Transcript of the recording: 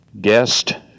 guest